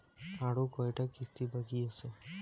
আরো কয়টা কিস্তি বাকি আছে?